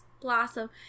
Blossom